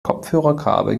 kopfhörerkabel